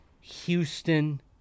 Houston